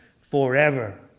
forever